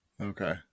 Okay